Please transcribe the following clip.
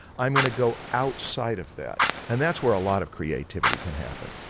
i'm gonna go outside of that. and that's where a lot of creativity can happen.